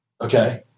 Okay